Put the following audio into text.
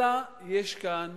אלא יש כאן